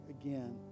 again